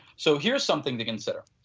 so, here is something to consider.